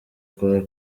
kwa